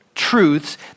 truths